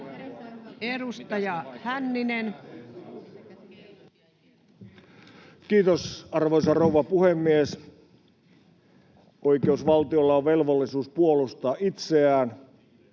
Edustaja Hänninen. Kiitos, arvoisa rouva puhemies! Oikeusvaltiolla on velvollisuus puolustaa itseään.